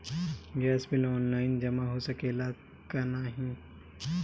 Gas bill online जमा हो सकेला का नाहीं?